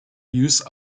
use